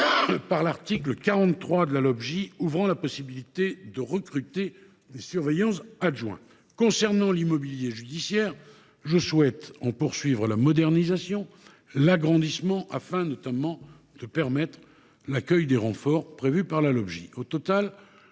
l’article 43 de la LOPJ nous donne la possibilité de recruter des surveillants adjoints. J’en viens à l’immobilier judiciaire, dont je souhaite poursuivre la modernisation et l’agrandissement, afin notamment de permettre l’accueil des renforts prévus par la LOPJ. Au total,